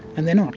and they're not.